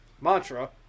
Mantra